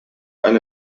eine